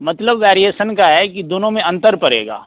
मतलब वैरिएशन का है कि दोनों में अंतर पड़ेगा